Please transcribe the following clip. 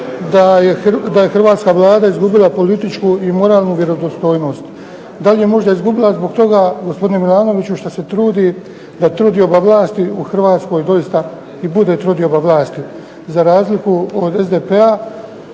da je hrvatska Vlada izgubila političku i moralnu vjerodostojnost. Da li je možda izgubila zbog toga gospodine Milanoviću što se trudi da trodioba vlasti u Hrvatskoj doista i bude trodioba vlasti za razliku od SDP-a